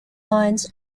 lines